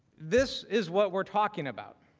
this is what we are talking about.